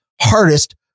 hardest